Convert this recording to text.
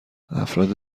افراد